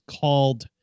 called